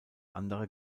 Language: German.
andere